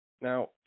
Now